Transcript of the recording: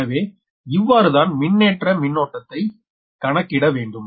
எனவே இவ்வாறுதான் மின்னேற்ற மின்னோட்டத்தை கணக்கிட வேண்டும்